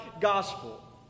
gospel